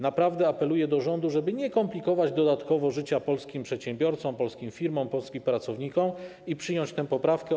Naprawdę apeluję do rządu, żeby nie komplikować dodatkowo życia polskim przedsiębiorcom, polskim firmom, polskim pracownikom i przyjąć tę poprawkę.